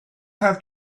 have